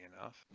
enough